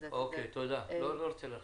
חשבנו.